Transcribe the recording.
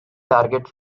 target